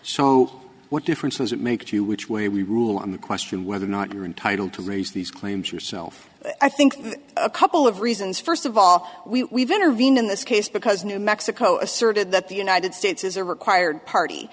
so what difference does it make to you which way we rule on the question whether or not you are entitled to raise these claims yourself i think a couple of reasons first of all we intervene in this case because new mexico asserted that the united states is a required party